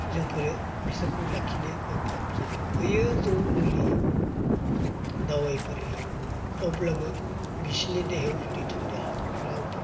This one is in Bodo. जोंफोरो बिसोरखौ लाखिनो गोब्राब जायो होयो जों मुलि दावायफोर होयो अब्लाबो बिसिनि देहायाव जुदि थान्दाया हाबखाब्ला